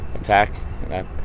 attack